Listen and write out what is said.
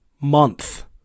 month